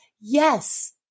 Yes